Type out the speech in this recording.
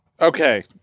okay